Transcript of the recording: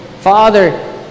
Father